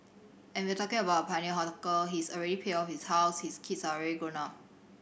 and if you're talking about a pioneer hawker he's already paid off his house his kids are already grown up